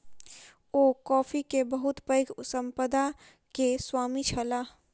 ओ coffee के बहुत पैघ संपदा के स्वामी छलाह